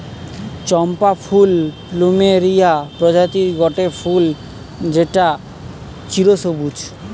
চম্পা ফুল প্লুমেরিয়া প্রজাতির গটে ফুল যেটা চিরসবুজ